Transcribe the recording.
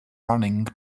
running